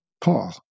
Paul